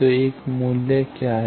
तो एक मूल्य क्या है